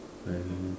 then